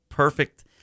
Perfect